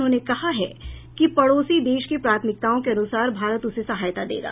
उन्होंने कहा है कि पड़ोसी देश की प्राथमिकताओं के अनुसार भारत उसे सहायता देगा